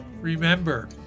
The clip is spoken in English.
Remember